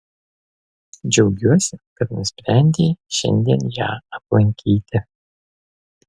džiaugiuosi kad nusprendei šiandien ją aplankyti